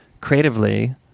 creatively